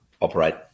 operate